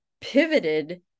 pivoted